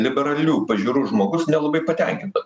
liberalių pažiūrų žmogus nelabai patenkinta